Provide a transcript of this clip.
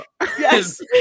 Yes